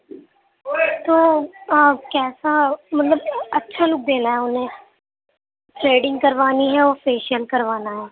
تو آپ کیسا مطلب اچھا لک دینا ہے انہیں تھریڈنگ کروانی ہے اور فیشیل کروانا ہے